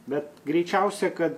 bet greičiausia kad